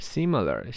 Similar